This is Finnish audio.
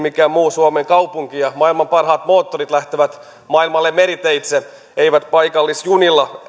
mikään muu suomen kaupunki maailman parhaat moottorit lähtevät maailmalle meriteitse eivät paikallisjunilla